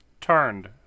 turned